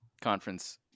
conference